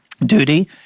duty